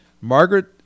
Margaret